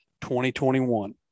2021